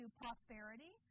prosperity